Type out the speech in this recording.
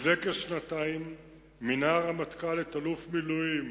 לפני כשנתיים מינה הרמטכ"ל את אלוף במילואים